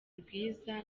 rwiza